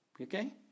Okay